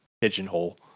pigeonhole